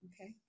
Okay